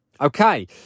Okay